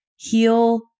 Heal